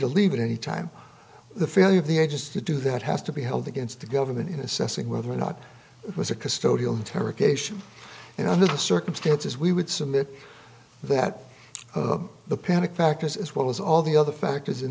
to leave at any time the failure of the agency to do that has to be held against the government in assessing whether or not it was a custodial interrogation and under the circumstances we would submit that the panic factors as well as all the other factors in